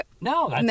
No